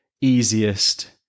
easiest